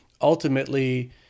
ultimately